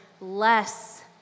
less